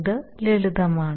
ഇത് ലളിതമാണ്